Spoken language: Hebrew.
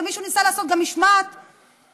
ומישהו ניסה לעשות גם משמעת אופוזיציונית.